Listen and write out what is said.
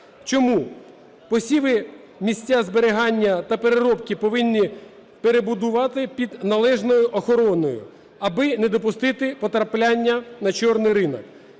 Чому? Посіви, місця зберігання та переробки повинні перебудувати під належною охороною аби не допустити потрапляння на "чорний" ринок.